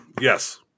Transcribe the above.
Yes